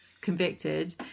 convicted